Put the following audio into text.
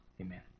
Amen